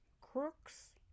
crooks